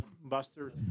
Buster